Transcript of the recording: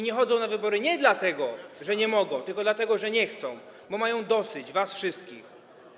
Nie chodzą na wybory nie dlatego, że nie mogą, tylko dlatego, że nie chcą, bo mają dosyć was wszystkich.